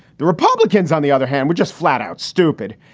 the republicans, on the other hand, were just flat out stupid.